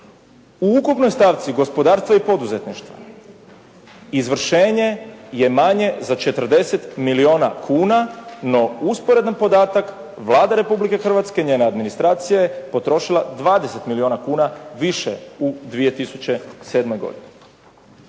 U ukupnoj stavci gospodarstva i poduzetništva izvršenje je manje za 40 milijuna kuna, no usporedan podatak Vlade Republike Hrvatske njena administracija je potrošila 20 milijuna kuna više u 2007. godini.